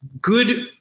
good